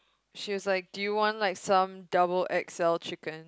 she was like do you want like some double x_l chicken